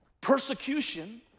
persecution